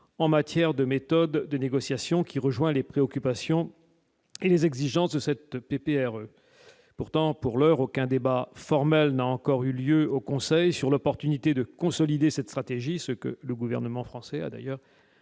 en matière de méthodes de négociation qui rejoint les préoccupations et les exigences de cette PPR pourtant, pour l'heure, aucun débat formel n'a encore eu lieu au Conseil sur l'opportunité de consolider cette stratégie, ce que le gouvernement français a d'ailleurs